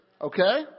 okay